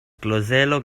klozelo